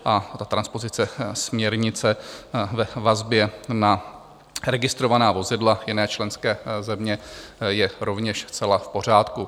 A transpozice směrnice ve vazbě na registrovaná vozidla jiné členské země je rovněž zcela v pořádku.